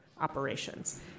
operations